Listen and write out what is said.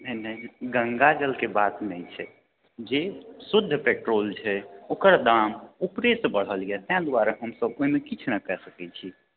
नइ नइ गङ्गाजलके बात नइ छै जे शुद्ध पेट्रोल छै ओकर दाम उपरेसँ बढ़ल यऽ ताहि दुआरे हमसभ ओहिमे किछु कए सकैत छी